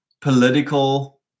political